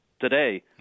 today